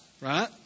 right